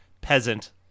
peasant